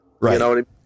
Right